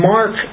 Mark